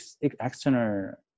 external